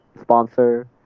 sponsor